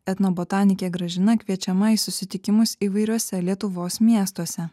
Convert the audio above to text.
etnobotanikė gražina kviečiama į susitikimus įvairiuose lietuvos miestuose